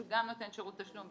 שהוא גם נותן שרות לתשלום,